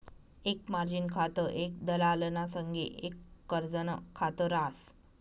एक मार्जिन खातं एक दलालना संगे एक कर्जनं खात रास